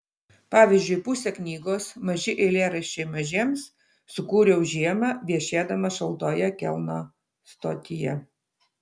pavyzdžiui pusę knygos maži eilėraščiai mažiems sukūriau žiemą viešėdamas šaltoje kelno stotyje